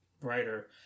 writer